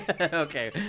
Okay